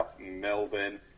Melbourne